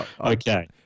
Okay